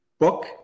book